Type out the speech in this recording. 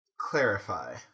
clarify